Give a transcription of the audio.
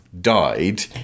died